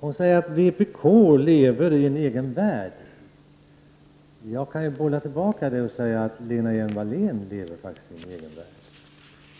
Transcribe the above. Hon säger att vpk lever i sin egen värld. Jag kan bolla tillbaka det påståendet och säga att Lena Hjelm Wallén faktiskt lever i en egen värld.